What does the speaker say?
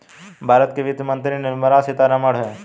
भारत की वित्त मंत्री निर्मला सीतारमण है